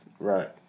Right